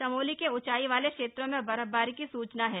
चमोली के ऊंचाई वाले क्षेत्रों मे बर्फबारी की सूचना है